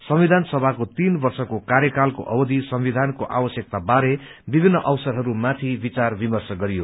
संविधान सभाको तीन वर्षको कार्यकालको अवधि संविधानको आवश्यकता विभिन्न अवसरहय माथि विचार विर्मश गरियो